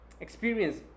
experience